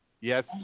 Yes